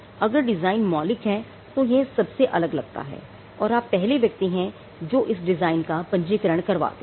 अगर डिजाइन मौलिक है तो यह सबसे अलग लगता है और आप पहले व्यक्ति हैं जो इस डिजाइन का पंजीकरण करवाते हैं